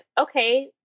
Okay